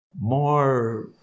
more